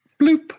Bloop